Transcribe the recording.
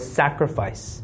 sacrifice